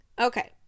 Okay